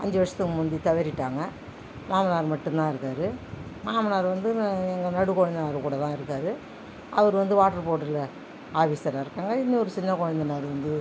அஞ்சு வருஷத்துக்கு முந்தி தவறிட்டாங்க மாமனார் மட்டுந்தான் இருக்கார் மாமனார் வந்து எங்கள் நடு கொழுந்தனார் கூடதான் இருக்கார் அவரு வந்து வாட்டர் போர்டில் ஆபீஸராக இருக்காங்க இன்னொரு சின்ன கொழுந்தனார் வந்து